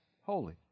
holy